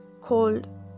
cold